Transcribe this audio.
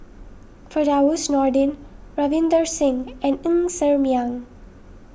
Firdalrus Nordin Ravinder Singh and Ng Ser Miang